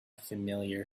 familiar